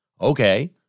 Okay